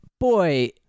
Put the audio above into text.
Boy